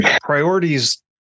priorities